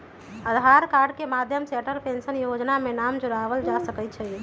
आधार card के माध्यम से अटल पेंशन जोजना में नाम जोरबायल जा सकइ छै